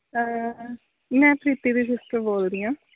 ਮੈਂ ਪ੍ਰੀਤੀ ਦੀ ਸਿਸਟਰ ਬੋਲਦੀ ਹਾਂ